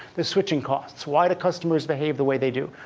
the switching costs, why the customers behave the way they do,